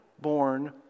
born